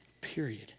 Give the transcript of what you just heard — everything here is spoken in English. Period